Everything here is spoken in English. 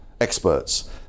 experts